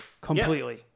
completely